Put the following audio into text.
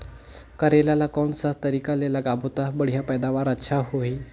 करेला ला कोन सा तरीका ले लगाबो ता बढ़िया पैदावार अच्छा होही?